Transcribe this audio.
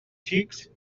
xics